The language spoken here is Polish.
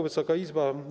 Wysoka Izbo!